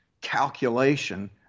calculation